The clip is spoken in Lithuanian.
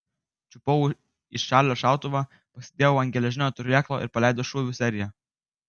čiupau iš čarlio šautuvą pasidėjau ant geležinio turėklo ir paleidau šūvių seriją